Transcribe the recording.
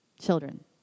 Children